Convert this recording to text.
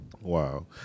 Wow